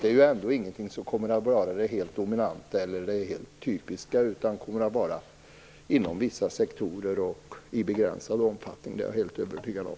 Det är ju ändå inte något som kommer att vara det helt dominerande eller helt typiska, utan det kommer att förekomma inom vissa sektorer och i begränsad omfattning, det är jag helt övertygad om.